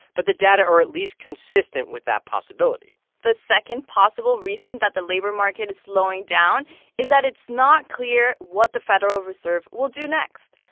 but the data are at least consistent with that possibility the second possible reason that the labor market is slowing down is that it's not clear what the federal reserve will do next.